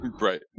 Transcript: Right